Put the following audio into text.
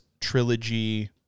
trilogy